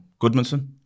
Goodmanson